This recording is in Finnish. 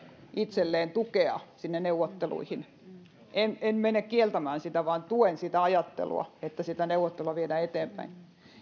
itselleen tukea sinne neuvotteluihin en en mene kieltämään sitä vaan tuen sitä ajattelua että sitä neuvottelua viedään eteenpäin